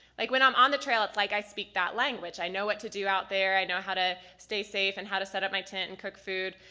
like when i'm on the trail like i speak that language. i know what to do out there, i know how to stay safe and how to set up my tent and cook food.